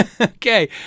Okay